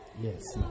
Yes